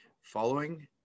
following